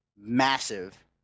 massive